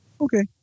Okay